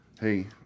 hey